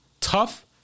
Tough